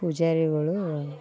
ಪೂಜಾರಿಗಳು